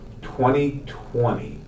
2020